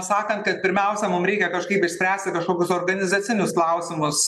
sakant kad pirmiausia mum reikia kažkaip išspręsti kažkokius organizacinius klausimus